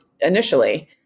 initially